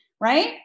Right